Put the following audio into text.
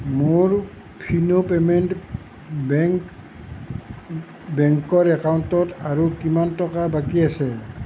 মোৰ Fino payment bank বেংকৰ একাউণ্টত আৰু কিমান টকা বাকী আছে